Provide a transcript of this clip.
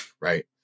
Right